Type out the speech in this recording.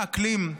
שינוי האקלים,